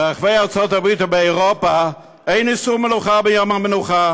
ברחבי ארצות הברית ובאירופה אין איסור מנוחה ביום המנוחה